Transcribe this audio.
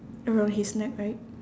around his neck right